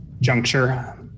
juncture